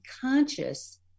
conscious